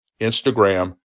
Instagram